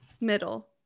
Middle